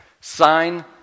Sign